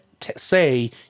say